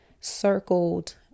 circled